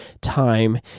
time